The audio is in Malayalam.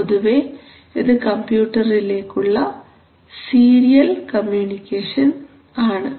പൊതുവേ ഇത് കമ്പ്യൂട്ടറിലേക്കുള്ള സീരിയൽ കമ്മ്യൂണിക്കേഷൻ ആണ്